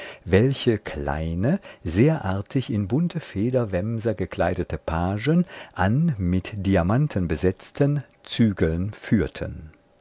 welche kleine sehr artig in bunte federwämser gekleidete pagen an mit diamanten besetzten zügeln führten